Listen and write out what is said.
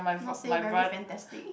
not say very fantastic